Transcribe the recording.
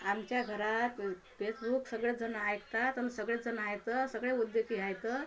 आमच्या घरात फेसबुक सगळेजणं ऐकतात आणि सगळेजणं आहेत सगळे उद्योगी आहेत